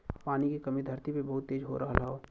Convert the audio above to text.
पानी के कमी धरती पे बहुत तेज हो रहल हौ